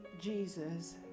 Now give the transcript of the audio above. Jesus